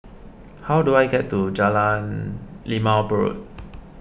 how do I get to Jalan Limau Purut